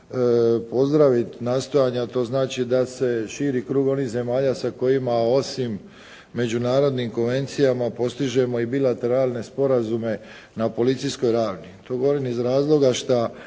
pozdraviti nastojanja, a to znači da se širi krug onih zemalja sa kojima osim međunarodnih konvencijama postižemo i bilateralne sporazume na policijskoj ravni. To govorim iz razloga šta